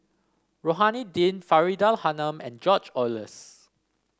Rohani Din Faridah Hanum and George Oehlers